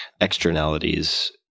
externalities